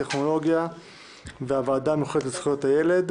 הקליטה והתפוצות אושרה.